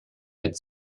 mit